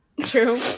True